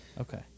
Okay